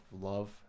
love